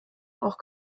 auch